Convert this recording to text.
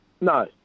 No